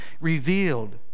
revealed